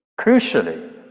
crucially